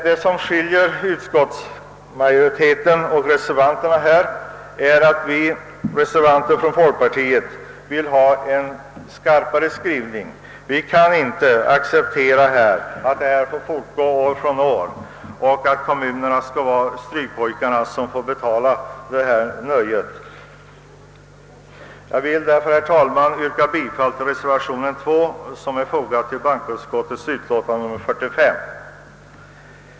Det som skiljer utskottsmajoriteten och reservanterna från folkpartiet är att vi reservanter vill ha en skarpare skrivning. Vi kan inte acceptera att detta får fortgå år från år och att kommunerna skall vara strykpojken som får betala detta nöje. Jag vill därför, herr talman, yrka bifall till reservationen nr 2 som är fogad till bankoutskottets utlåtande nr 45.